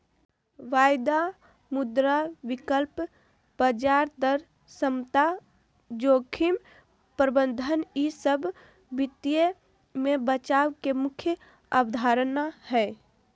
वायदा, मुद्रा विकल्प, ब्याज दर समता, जोखिम प्रबंधन ई सब वित्त मे बचाव के मुख्य अवधारणा हय